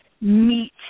meet